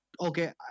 okay